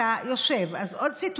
השרים.